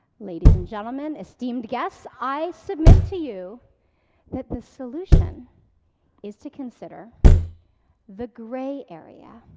ladies and gentlemen, esteemed guests, i submit to you that the solution is to consider the gray area